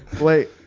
Wait